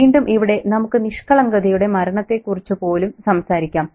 വീണ്ടും ഇവിടെ നമുക്ക് നിഷ്കളങ്കതയുടെ മരണത്തെക്കുറിച്ച് പോലും സംസാരിക്കാം